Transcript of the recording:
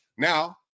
Now